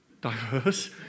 diverse